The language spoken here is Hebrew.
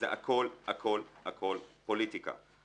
זה הכול הכול הכול פוליטיקה.